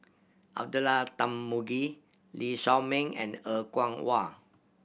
Abdullah Tarmugi Lee Shao Meng and Er Kwong Wah